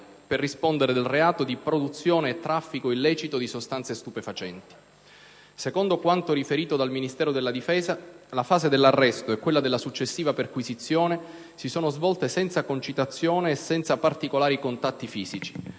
per rispondere del reato di produzione e traffico illecito di sostanze stupefacenti. Secondo quanto riferito dal Ministero delle difesa, la fase dell'arresto e quella della successiva perquisizione si sono svolte senza concitazione e senza particolari contatti fisici,